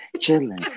chilling